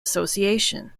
association